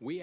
we